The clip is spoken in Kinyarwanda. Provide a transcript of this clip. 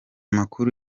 makuru